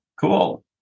Cool